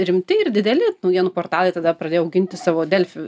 rimti ir dideli naujienų portalai tada pradėjo auginti savo delfi